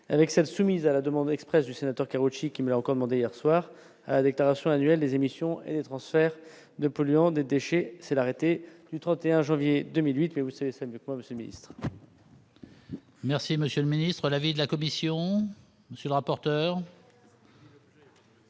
avec celles soumises à la demande expresse du sénateur Karoutchi qui met en commander hier soir à l'État soit annuel des émissions et transferts de polluants, des déchets, c'est l'arrêté du 31 janvier 2008, mais vous savez, ça n'est pas le sinistre. Merci monsieur le ministre, l'avis de la Commission, monsieur le rapporteur.